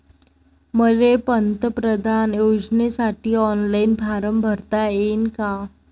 मले पंतप्रधान योजनेसाठी ऑनलाईन फारम भरता येईन का?